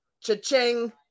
cha-ching